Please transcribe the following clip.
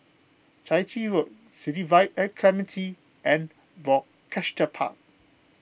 Chai Chee Road City Vibe at Clementi and Rochester Park